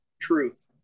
Truth